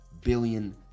billion